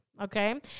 Okay